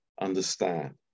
understand